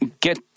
get